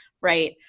Right